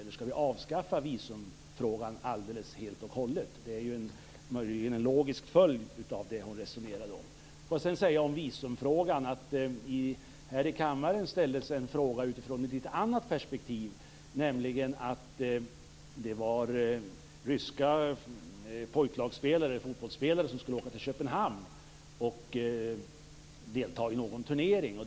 Eller skall vi avskaffa visumfrågan alldeles helt och hållet? Det är möjligen en logisk följd av det hon resonerade omkring. Jag vill säga något ytterligare om visumfrågan. Här i kammaren ställdes en fråga utifrån ett litet annat perspektiv. Det gällde ryska pojklagsspelare i fotboll som skulle åka till Köpenhamn och delta i någon turnering.